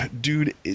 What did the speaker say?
dude